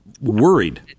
worried